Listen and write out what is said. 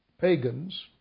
pagans